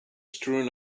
strewn